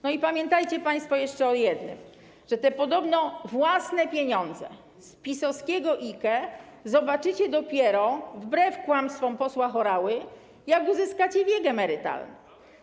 No i pamiętajcie państwo jeszcze o jednym: że te podobno własne pieniądze z PiS-owskiego IKE zobaczycie dopiero - wbrew kłamstwom posła Horały - jak osiągniecie wiek emerytalny.